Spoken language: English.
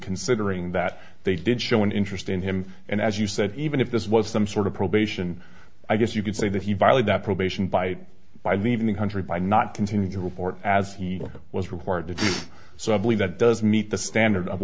considering that they did show an interest in him and as you said even if this was some sort of probation i guess you could say that he violate that probation by by leaving the country by not continue to report as he was required to do so i believe that does meet the standard of